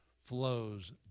flows